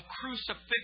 crucifixion